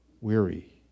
Weary